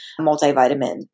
multivitamin